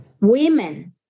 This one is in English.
women